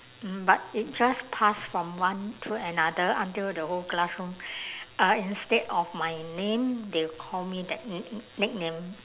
mm but it just passed from one to another until the whole classroom uh instead of my name they call me that n~ nickname